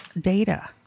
data